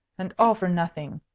and all for nothing!